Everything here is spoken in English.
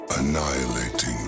Annihilating